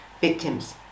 victims